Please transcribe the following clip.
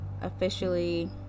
officially